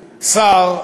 שר,